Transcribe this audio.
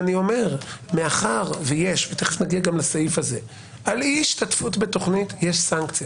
אני אומר, על אי השתתפות בתוכנית יש סנקציה.